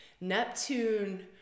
Neptune